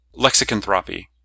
Lexicanthropy